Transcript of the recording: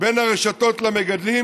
בין הרשתות למגדלים